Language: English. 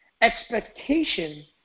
expectation